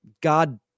God